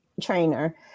trainer